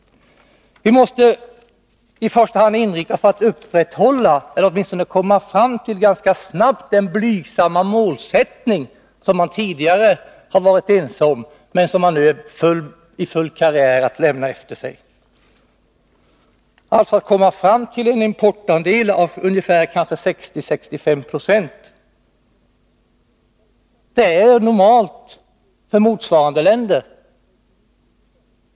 Vi måste i första hand inrikta oss på att ganska snabbt komma fram till den blygsamma målsättning som man tidigare varit ense om men som man nu i full karriär är på väg att lämna bakom sig. Det betyder att vi måste komma ner till en importandel på ungefär 60-65 96, vilket är normalt för motsvarande länder.